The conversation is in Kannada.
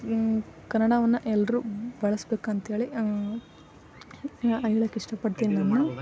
ಕನ್ನಡವನ್ನು ಎಲ್ರೂ ಬಳಸಬೇಕು ಅಂತೇಳಿ ಹೇಳಕ್ ಇಷ್ಟಪಡ್ತೇನೆ ನಾನು